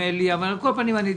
על כל פנים,